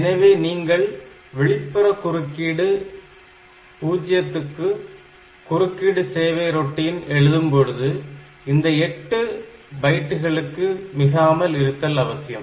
எனவே நீங்கள் வெளிப்புற குறுக்கீடு 0 க்கு குறுக்கீட்டு சேவை ரொட்டீன் எழுதும்பொழுது இந்த எட்டு பைட்டுகளுக்கு மிகாமல் இருத்தல் அவசியம்